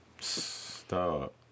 stop